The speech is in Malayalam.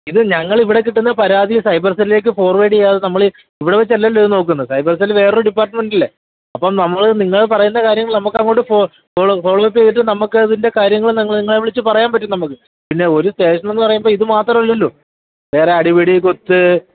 ഇത് ഞങ്ങൾ ഇവിടെ കിട്ടുന്ന പരാതി സൈബർ സെല്ലിലേക്ക് ഫോർവേഡെ ചെയ്യാതെ നമ്മൾ ഇവിടെ വെച്ചല്ലല്ലോ ഇത് നോക്കുന്നത് സൈബർ സെല്ല് വേറൊരു ഡിപ്പാട്മെൻ്റല്ലേ അപ്പം നമ്മൾ നിങ്ങൾ പറയുന്ന കാര്യങ്ങൾ നമുക്ക് അങ്ങോട്ട് ഫോളോ ഫോളോ അപ്പ് ചെയ്തിട്ട് നമുക്ക് അതിൻ്റെ കാര്യങ്ങൾ നിങ്ങളെ നിങ്ങളെ വിളിച്ച് പറയാൻ പറ്റും നമുക്ക് പിന്നെ ഒരു സ്റ്റേഷനെന്ന് പറയുമ്പം ഇത് മാത്രമല്ലല്ലോ വേറെ അടിപിടി കുത്ത്